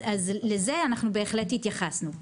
לזה אנחנו בהחלט התייחסנו,